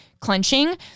clenching